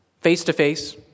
Face-to-face